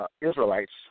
Israelites